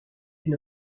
une